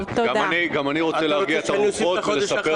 אני הייתי עושה ועדת חקירה